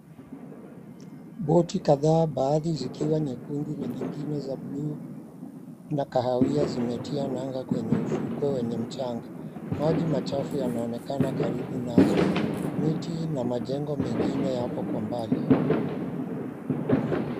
Boti kadhaa baadhi zikiwa nyekundu na nyingine za bluu na kahawia zimetia nanga kwenye ufukwe wenye mchanga. Maji machafu yanaonekana karibu nazo. Miti na majengo mengine yako kwa mbali.